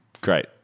Great